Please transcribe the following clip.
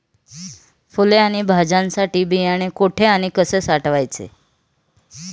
फुले आणि भाज्यांसाठी बियाणे कुठे व कसे साठवायचे?